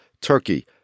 Turkey